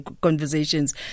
conversations